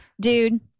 dude